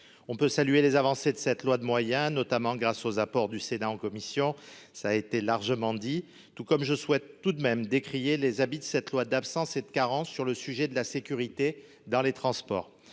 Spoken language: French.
on peut saluer les avancées de cette loi de moyens notamment grâce aux apports du Sénat en commission, ça a été largement dit, tout comme je souhaite tout de même décrié les habits de cette loi d'absents cette carence sur le sujet de la sécurité dans les transports,